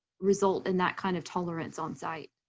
result in that kind of tolerance on site.